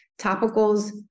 Topicals